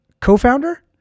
co-founder